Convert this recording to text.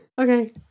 Okay